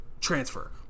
Transfer